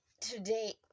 today